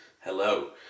Hello